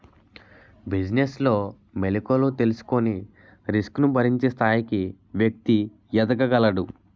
business లో మెలుకువలు తెలుసుకొని రిస్క్ ను భరించే స్థాయికి వ్యక్తి ఎదగగలడు